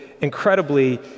incredibly